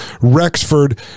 Rexford